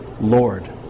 Lord